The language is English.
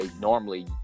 normally